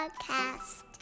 Podcast